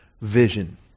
vision